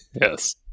Yes